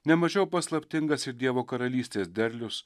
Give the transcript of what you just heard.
ne mažiau paslaptingas ir dievo karalystės derlius